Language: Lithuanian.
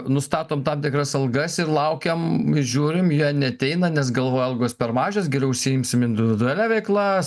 nustatom tam tikras algas ir laukiam žiūrim jie neateina nes galvoja algos per mažios geriau užsiimsim individualia veikla